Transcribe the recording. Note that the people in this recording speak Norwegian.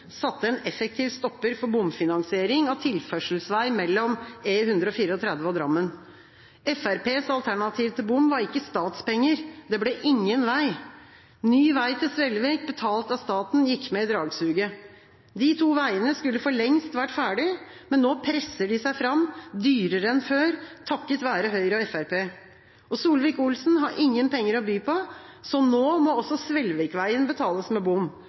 en effektiv stopper for bomfinansering av tilførselsvei mellom E134 og Drammen. Fremskrittspartiets alternativ til bom var ikke statspenger. Det ble ingen vei. Ny vei til Svelvik, betalt av staten, gikk med i dragsuget. De to veiene skulle for lengst vært ferdig, men nå presser de seg fram, dyrere enn før, takket være Høyre og Fremskrittspartiet. Solvik-Olsen har ingen penger å by på, så nå må også Svelvikveien betales med bom.